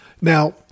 Now